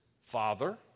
Father